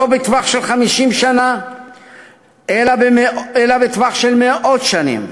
לא בטווח של 50 שנה אלא בטווח של מאות שנים,